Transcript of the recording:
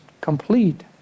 complete